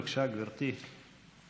בבקשה, גברתי.